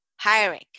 hiring